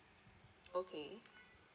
okay